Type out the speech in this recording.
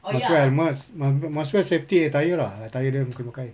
must wear helmet mu~ must wear safety attire lah attire dia memang kena pakai